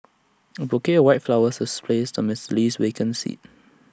A bouquet white flowers was placed on Mister Lee's vacant seat